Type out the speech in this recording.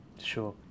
Sure